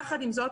יחד עם זאת,